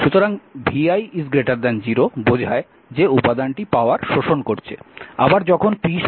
সুতরাং vi 0 বোঝায় যে উপাদানটি পাওয়ার শোষণ করছে